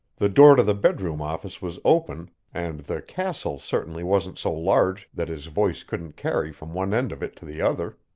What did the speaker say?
the door to the bedroom-office was open, and the castle certainly wasn't so large that his voice couldn't carry from one end of it to the other.